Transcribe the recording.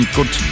Good